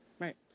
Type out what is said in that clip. Right